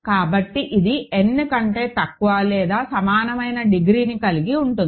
కాబట్టి ఇది n కంటే తక్కువ లేదా సమానమైన డిగ్రీని కలిగి ఉంటుంది